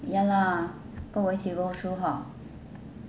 ya lah 我一起 go through 好不好